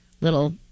little